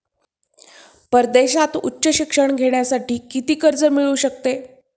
परदेशात उच्च शिक्षण घेण्यासाठी किती कर्ज मिळू शकते?